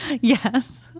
Yes